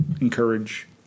encourage